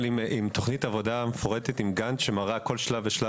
אבל עם תוכנית עבודה מפורטת ועם גאנט שמראה כל שלב שלב,